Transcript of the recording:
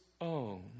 own